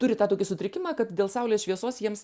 turi tą tokį sutrikimą kad dėl saulės šviesos jiems